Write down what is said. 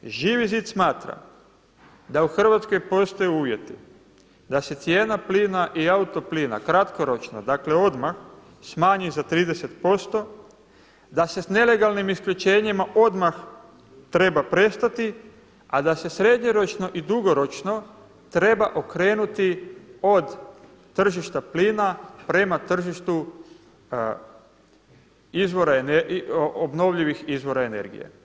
Živi zid smatra da u Hrvatskoj postoje uvjeti da se cijena plina i auto plina kratkoročno, dakle odmah smanji za 30%, da se s nelegalnim isključenjima odmah treba prestati, a da se srednjoročno i dugoročno treba okrenuti od tržišta plina prema tržištu obnovljivih izvora energije.